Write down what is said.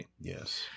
yes